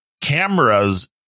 cameras